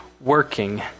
working